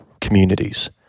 communities